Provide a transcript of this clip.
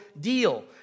deal